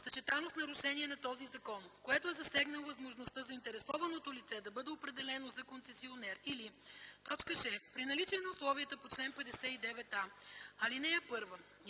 съчетано с нарушение на този закон, което е засегнало възможността заинтересованото лице да бъде определено за концесионер, или 6. при наличие на условията по чл. 59а, ал. 1